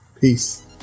Peace